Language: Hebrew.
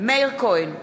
מאיר כהן,